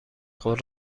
خود